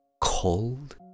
cold